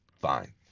Fine